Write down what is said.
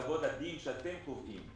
כבוד לדין שאתם קובעים.